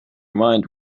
mind